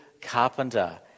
carpenter